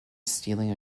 stealing